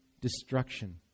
destruction